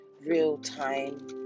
real-time